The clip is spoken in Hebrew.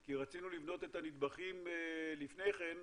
כי רצינו לבנות את הנדבכים לפני כן,